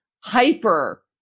hyper